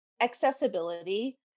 accessibility